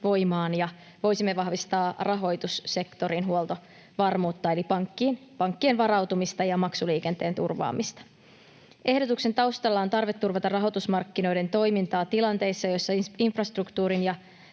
voimaan ja voisimme vahvistaa rahoitussektorin huoltovarmuutta eli pankkien varautumista ja maksuliikenteen turvaamista. Ehdotuksen taustalla on tarve turvata rahoitusmarkkinoiden toimintaa tilanteissa, joissa infrastruktuurin tai